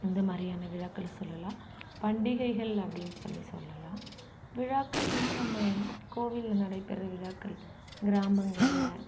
இந்த மாதிரியான விழாக்களை சொல்லலாம் பண்டிகைகள் அப்படின்னு சொல்லி சொல்லலாம் விழாக்கள்னா நம்ம கோவிலில் நடைபெற விழாக்கள் கிராமங்களில்